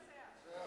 גם לנצח.